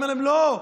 אומר להם: לא,